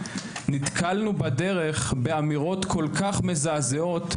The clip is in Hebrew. נתקלנו בדרך באמירות כל כך מזעזעות,